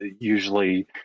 usually